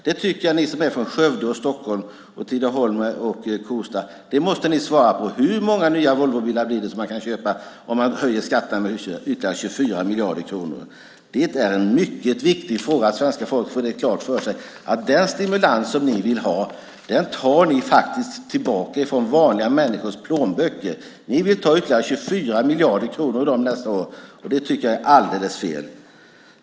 Det tycker jag att ni som är från Skövde, Stockholm, Tidaholm och Kosta måste svara på: Hur många nya Volvobilar blir det som man kan köpa om man höjer skatten med ytterligare 24 miljarder kronor? Det är mycket viktigt att svenska folket får klart för sig att den stimulans som ni vill ge tar ni faktiskt från vanliga människors plånböcker. Ni vill ta ytterligare 24 miljarder kronor av dem nästa år. Det tycker jag är alldeles fel.